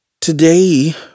Today